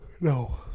No